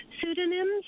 pseudonyms